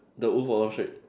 the wolf of wall street